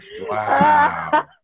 wow